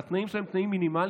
והתנאים שלהם הם מינימליים,